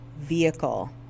vehicle